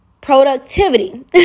productivity